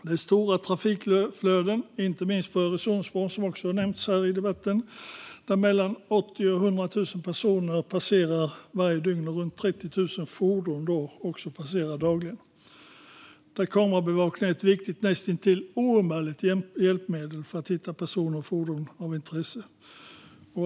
Det är stora trafikflöden, inte minst på Öresundsbron, som också har nämnts i debatten, där mellan 80 000 och 100 000 personer och runt 30 000 fordon passerar varje dygn. Kamerabevakning är där ett viktigt, och näst intill oumbärligt, hjälpmedel för att hitta personer och fordon av intresse.